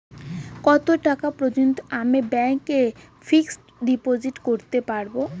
কত টাকা পর্যন্ত আমি ব্যাংক এ ফিক্সড ডিপোজিট করতে পারবো?